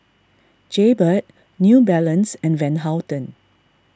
Jaybird New Balance and Van Houten